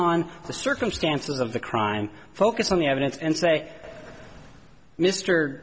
on the circumstances of the crime focus on the evidence and say mr